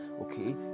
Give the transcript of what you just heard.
okay